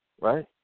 right